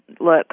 look